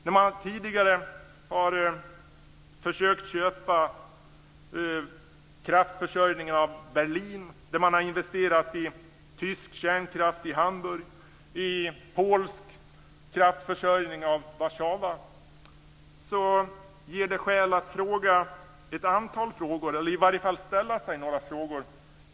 Man har tidigare försökt köpa kraftförsörjning av Berlin och investera i tysk kärnkraft i Hamburg och i polsk kraftförsörjning i Warszawa. Det ger skäl att ställa sig några frågor.